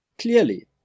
Clearly